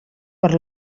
per